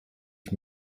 ich